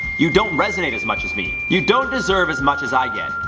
you don't resonate as much as me. you don't deserve as much as i get.